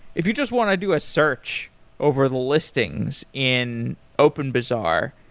if you just want to do a search over the listings in openbazaar,